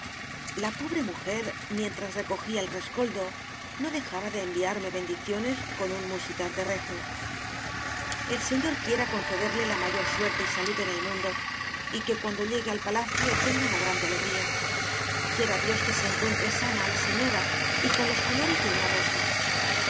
la pobre mujer mientras recogía el rescoldo no dejaba de enviarme bendiciones con un musitar de rezo el señor quiera concederle la mayor suerte y salud en el mundo y que cuan do llegue al palacio tenga una grande ale gría quiera dios que se encuentre sana á la señora y con los colores de una ro